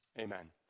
Amen